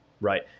right